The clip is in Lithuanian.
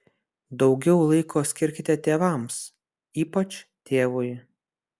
daugiau laiko skirkite tėvams ypač tėvui